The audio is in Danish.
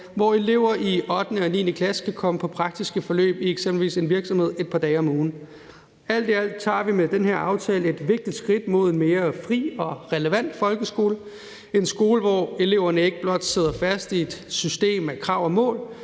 hvor elever i 8. klasse og 9. klasse kan komme på praktiske forløb i eksempelvis en virksomhed et par dage om ugen. Alt i alt tager vi med den her aftale et vigtigt skridt mod en mere fri og relevant folkeskole – en skole, hvor eleverne ikke blot sidder fast i et system af krav og mål,